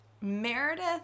meredith